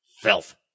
Filth